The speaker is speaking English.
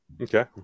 Okay